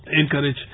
encourage